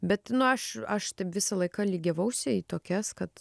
bet nu aš aš taip visą laiką lygiavausi į tokias kad